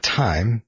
time